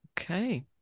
Okay